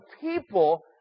people